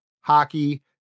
hockey